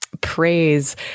praise